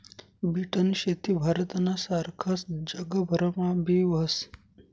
बीटनी शेती भारतना सारखस जगभरमा बी व्हस